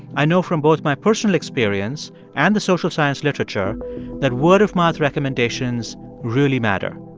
i know from both my personal experience and the social science literature that word-of-mouth recommendations really matter.